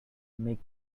make